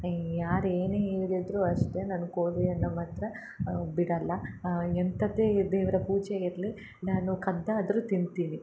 ಯಾರು ಏನು ಹೇಳಿದರು ಅಷ್ಟೇ ನಾನು ಕೋಳಿಯನ್ನು ಮಾತ್ರ ಬಿಡಲ್ಲ ಎಂಥದ್ದೇ ದೇವರ ಪೂಜೆ ಇರ್ಲಿ ನಾನು ಕದ್ದಾದರೂ ತಿಂತೀನಿ